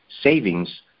savings